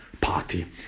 party